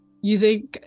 using